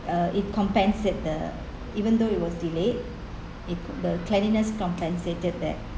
uh it compensate the even though it was delayed it the cleanliness compensated that